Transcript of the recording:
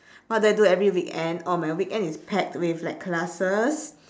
what do I do every weekend oh my weekend is packed with like classes